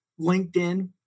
LinkedIn